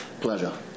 Pleasure